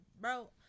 bro